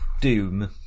doom